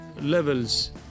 levels